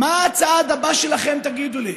מה הצעד הבא שלכם, תגידו לי?